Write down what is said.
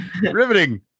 riveting